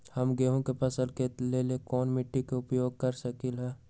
हम गेंहू के फसल के लेल कोन मिट्टी के उपयोग कर सकली ह?